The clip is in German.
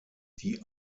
die